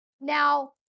now